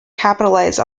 capitalize